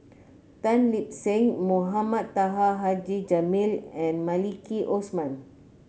Tan Lip Seng Mohamed Taha Haji Jamil and Maliki Osman